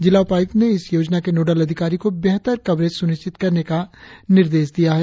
जिला उपायुक्त ने इस योजना के नोडल अधिकारी को बेहतर कवरेज सुनिश्चित करने का निर्देश दिया है